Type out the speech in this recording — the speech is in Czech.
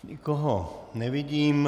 Nikoho nevidím.